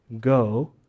go